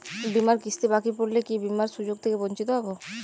বিমার কিস্তি বাকি পড়লে কি বিমার সুযোগ থেকে বঞ্চিত হবো?